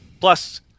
Plus